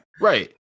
right